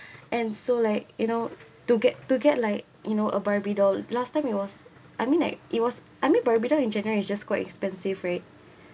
and so like you know to get to get like you know a barbie doll last time it was I mean like it it was I mean barbie doll in general is just quite expensive right